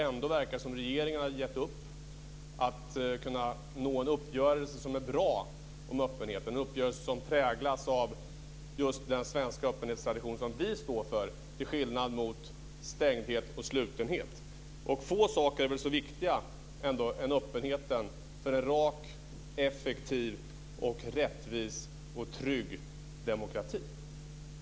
Ändå verkar det som om regeringen har gett upp i fråga om att kunna nå en uppgörelse som är bra om öppenheten, en uppgörelse som präglas av just den svenska öppenhetstradition som vi står för till skillnad från stängdhet och slutenhet. Få saker är väl så viktiga som öppenheten för en rak, effektiv, rättvis och trygg demokrati.